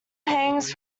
hangs